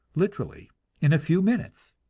literally in a few minutes.